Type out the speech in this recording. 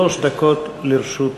שלוש דקות לרשות